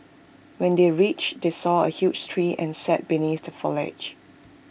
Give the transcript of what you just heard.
when they reached they saw A huge tree and sat beneath the foliage